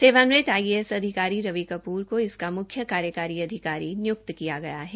सेवानिवृत आईएएस अधिकारी रवि कपूर को इसका मुख्य कार्यकारी अधिकारी निय्क्त किया गया है